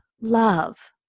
love